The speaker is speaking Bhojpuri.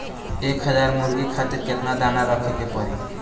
एक हज़ार मुर्गी खातिर केतना दाना रखे के पड़ी?